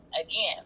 again